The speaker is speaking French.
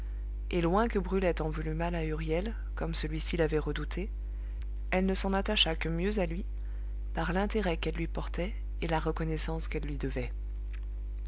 et loin que brulette en voulût mal à huriel comme celui-ci l'avait redouté elle ne s'en attacha que mieux à lui par l'intérêt qu'elle lui portait et la reconnaissance qu'elle lui devait